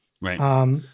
Right